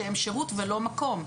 שהם שירות ולא מקום.